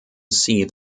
see